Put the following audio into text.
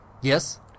yes